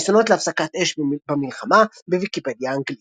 ניסיונות להפסקת אש במלחמה, בוויקיפדיה האנגלית